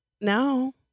No